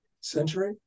century